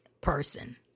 person